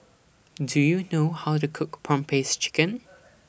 Do YOU know How to Cook Prawn Paste Chicken